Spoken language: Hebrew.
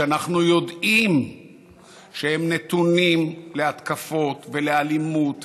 שאנחנו יודעים שהם נתונים להתקפות ולאלימות ולאיומים,